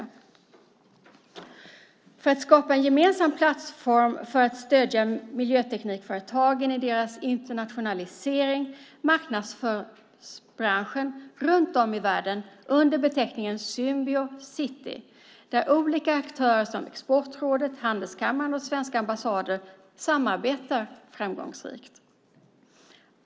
I syfte att skapa en gemensam plattform för att stödja miljöteknikföretagen i deras internationalisering marknadsförs branschen runt om i världen under beteckningen Symbiocity där olika aktörer, såsom Exportrådet, Handelskammaren och svenska ambassader, framgångsrikt samarbetar.